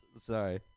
sorry